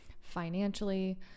financially